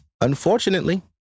unfortunately